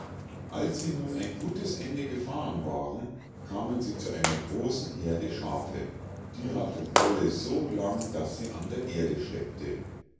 als sie nun ein gutes ende gefahren waren kamen sie zu einer großen heerde schafe die hatte wolle so lang daß sie an der erde schleppte